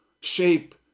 shape